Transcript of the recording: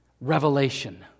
Revelation